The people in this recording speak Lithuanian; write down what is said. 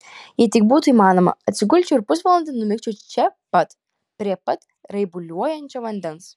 jei tik būtų įmanoma atsigulčiau ir pusvalandį numigčiau čia pat prie pat raibuliuojančio vandens